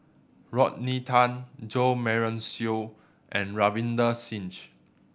Rodney Tan Jo Marion Seow and Ravinder Singh